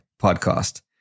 Podcast